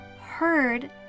heard